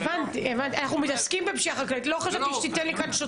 הבנתי, אנחנו מתעסקים בפשיעה חקלאית, לא